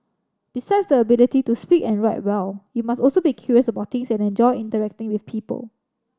besides the ability to speak and write well you must also be curious about things and enjoy interacting with people